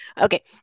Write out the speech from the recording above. okay